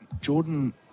Jordan